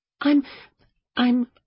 I'm—I'm